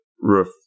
roof